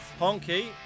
Honky